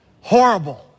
Horrible